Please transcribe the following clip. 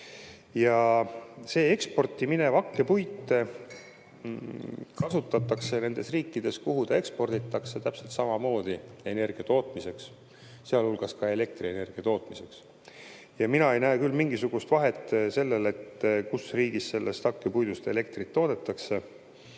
Seda eksporditavat hakkepuitu kasutatakse nendes riikides, kuhu ta eksporditakse, täpselt samamoodi energia tootmiseks, sealhulgas elektrienergia tootmiseks. Mina ei näe küll mingisugust vahet, millises riigis sellest hakkepuidust elektrit toodetakse,